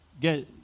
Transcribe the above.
Get